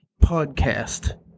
Podcast